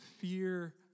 fear